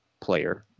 player